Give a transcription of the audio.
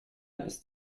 ist